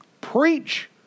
Preach